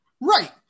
Right